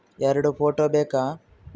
ಎರಡು ಫೋಟೋ ಬೇಕಾ?